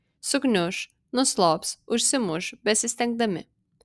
sugniuš nuslops užsimuš besistengdami